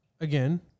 Again